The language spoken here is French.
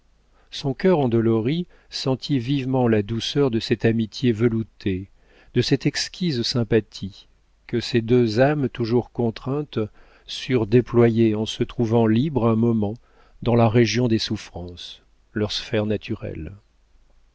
son cœur endolori sentit vivement la douceur de cette amitié veloutée de cette exquise sympathie que ces deux âmes toujours contraintes surent déployer en se trouvant libres un moment dans la région des souffrances leur sphère naturelle